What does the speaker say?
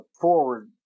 forward